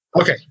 Okay